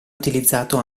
utilizzato